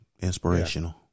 Inspirational